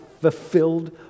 fulfilled